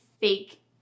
fake